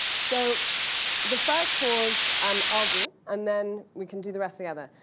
so the first pause um i'll do, and then we can do the rest together.